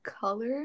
color